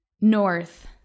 north